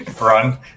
Run